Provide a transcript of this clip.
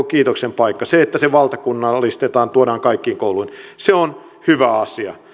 kiitoksen paikka se että se valtakunnallistetaan tuodaan kaikkiin kouluihin on hyvä asia